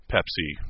Pepsi